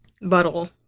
Buttle